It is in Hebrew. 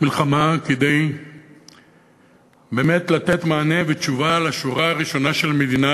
מלחמה כדי באמת לתת מענה ותשובה לשורה הראשונה של המדינה,